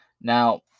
Now